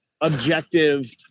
objective